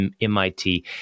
MIT